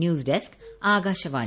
news desk Akashvani